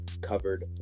covered